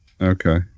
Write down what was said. Okay